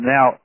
Now